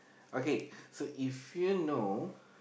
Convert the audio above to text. okay so if you know